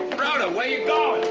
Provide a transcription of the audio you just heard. rhoda, where you going?